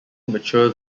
mature